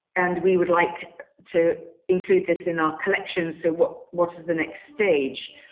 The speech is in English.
and we would like to include this in our collection. so what what is the next stage?